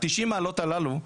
90 המעלות הללו,